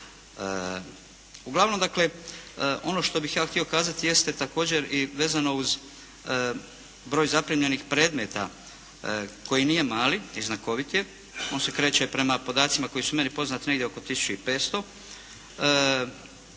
Uglavnom dakle ono što bih ja htio kazati jeste također i vezano uz broj zaprimljenih predmeta koji nije mali i znakovit je, on se kreće prema podacima koji su meni poznati negdje oko